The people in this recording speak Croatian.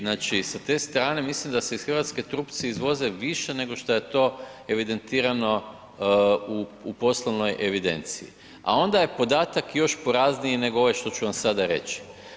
Znači sa te strane mislim da se iz Hrvatske trupci izvoze više nego šta je to evidentirano u poslovnoj evidenciji a onda je podataka još porazniji nego ovaj što ću vam sada reći.